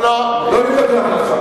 לא מתווכח אתך.